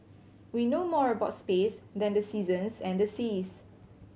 we know more about space than the seasons and the seas